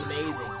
amazing